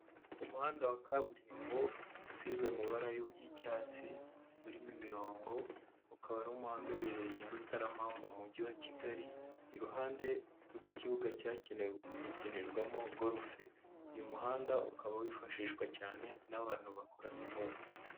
Umuhanda wa kaburimbo, usize amabara y'icyatsi, urimo imirongo ukaba ari umuhanda uherereye Nyarutarama mu mujyi wa Kigali, iruhande rw'ikibuga cyagenewe gukinirwamo golufe, uyu muhanda ukaba wifashishwa cyane n'abantu bakora siporo.